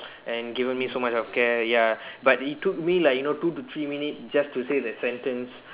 and given me so much of care ya but it took me like you know two or three minute just to say that sentence